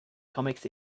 comics